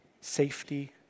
safety